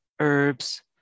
herbs